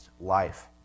life